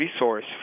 resource